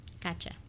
Gotcha